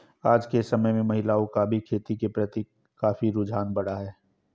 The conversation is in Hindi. आज के समय में महिलाओं का भी खेती के प्रति काफी रुझान बढ़ा है